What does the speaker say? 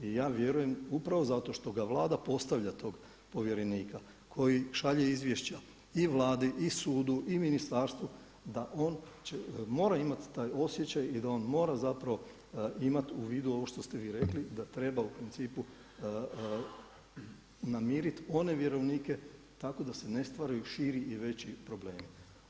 I ja vjerujem upravo zato što Vlada postavlja tog povjerenika koji šalje izvješća i Vladi i sudu i ministarstvu da on mora imati taj osjećaj i da on mora imati u vidu ovo što ste vi rekli da treba u principu namiriti one vjerovnike tako da se ne stvaraju širi i veći problemi.